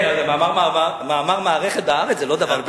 כן, מאמר מערכת ב"הארץ" זה לא דבר פשוט.